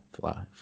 fly